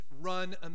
run